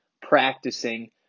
practicing